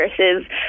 versus